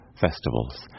festivals